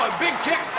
big kick.